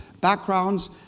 backgrounds